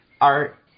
art